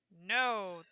No